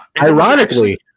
Ironically